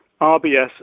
RBS